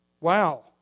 Wow